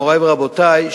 מורי ורבותי,